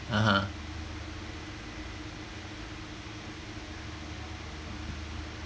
(uh huh)